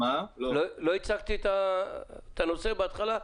לא הצגתי את הנושא בהתחלה?